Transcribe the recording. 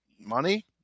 money